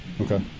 Okay